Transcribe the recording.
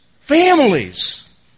families